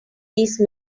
these